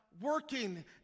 working